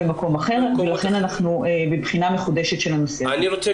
כמובן שכל הטיסות